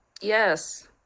Yes